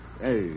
Hey